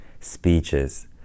speeches